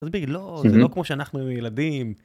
זה לא כמו שאנחנו ילדים.